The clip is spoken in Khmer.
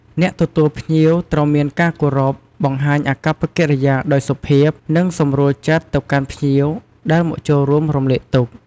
អ្នកទទួលភ្ញៀវត្រូវមានការគោរព បង្ហាញអាកប្បកិរិយាដោយសុភាព និងសម្រួលចិត្តទៅកាន់ភ្ញៀវដែលមកចូលរួមរំលែកទុក្ខ។